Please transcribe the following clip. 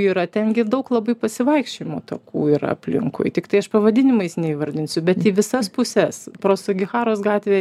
yra ten gi daug labai pasivaikščiojimo takų yra aplinkui tiktai aš pavadinimais neįvardinsiu bet į visas puses pro sugiharos gatve